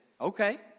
okay